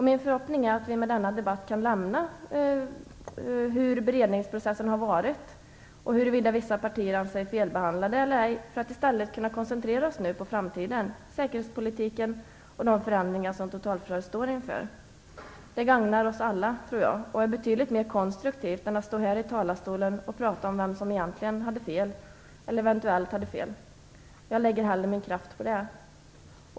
Min förhoppning är att vi med denna debatt kan lämna hur beredningsprocessen har varit och huruvida vissa partier anser sig felbehandlade eller ej, för att i stället kunna koncentrera oss på framtiden, säkerhetspolitiken och de förändringar som totalförsvaret står inför. Det gagnar oss alla, tror jag, och är betydligt mer konstruktivt än att stå här i talarstolen och prata om vem som eventuellt hade fel. Jag lägger hellre min kraft på det.